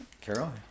Carol